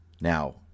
Now